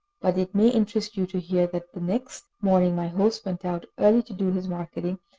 but it may interest you to hear that the next morning my host went out early to do his marketing,